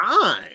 time